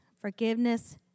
forgiveness